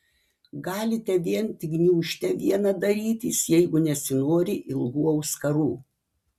galite vien tik gniūžtę vieną darytis jeigu nesinori ilgų auskarų